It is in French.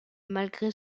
malgré